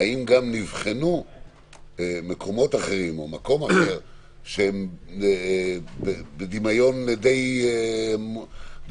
האם גם נבחנו מקומות אחרים או מקום אחר שהם בדמיון די מפליא